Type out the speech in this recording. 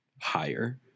higher